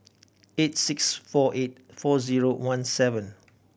eight six four eight four zero one seven